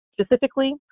Specifically